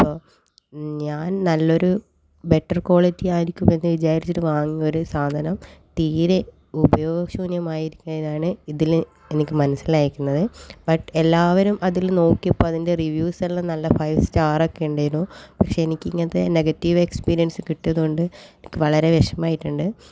അപ്പോൾ ഞാൻ നല്ലൊരു ബെറ്റർ ക്വാളിറ്റി ആയിരിക്കും എന്ന് വിചാരിച്ചിട്ട് വാങ്ങിയ ഒരു സാധനം തീരെ ഉപയോഗശൂന്യമായിരിക്കുന്നതാണ് ഇതിൽ എനിക്ക് മനസ്സിലായിരിക്കുന്നത് ബട്ട് എല്ലാവരും അതിൽ നോക്കിയപ്പോൾ അതിൻ്റെ റിവ്യൂസ് എല്ലാം നല്ല ഫൈവ് സ്റ്റാർ ഒക്കെ ഉണ്ടെനു പക്ഷെ എനിക്ക് ഇങ്ങനത്തെ നെഗറ്റീവ് എക്സ്പീരിയൻസ് കിട്ടിയതുകൊണ്ട് എനിക്ക് വളരെ വിഷമമായിട്ടുണ്ട്